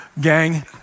Gang